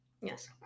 Yes